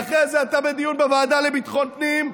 ואחרי זה אתה בדיון בוועדה לביטחון פנים,